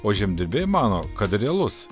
o žemdirbiai mano kad realus